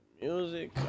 Music